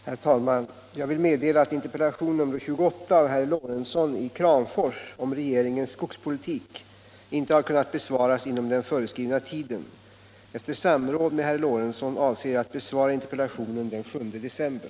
Herr talman! Jag vill meddela att interpellation nr 28 av herr Lorentzon i Kramfors om regeringens skogspolitik inte har kunnat besvaras inom den föreskrivna tiden. Efter samråd med herr Lorentzon avser jag att besvara interpellationen den 7 december.